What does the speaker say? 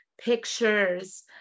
pictures